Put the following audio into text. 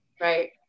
right